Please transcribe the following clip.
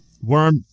Worm